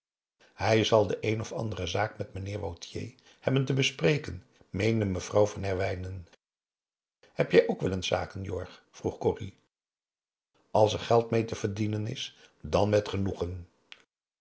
hij zal de een of andere zaak met meneer wautier hebben te bespreken meende mevrouw van herwijnen heb jij ook wel eens zaken jorg vroeg corrie als er geld mee te verdienen is dan met genoegen